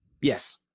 Yes